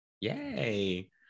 Yay